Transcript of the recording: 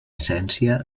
essència